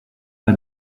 pas